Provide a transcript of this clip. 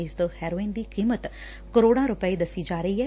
ਇਸ ਹੈਰੋਇਨ ਦੀ ਕੀਮਤ ਕਰੋੜਾਂ ਰੁਪਏ ਦੱਸੀ ਜਾ ਰਹੀ ਐ